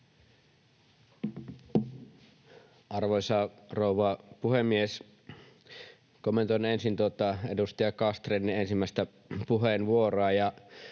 Arvoisa rouva puhemies! Kommentoin ensin tuota edustaja Castrénin ensimmäistä puheenvuoroa